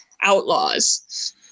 outlaws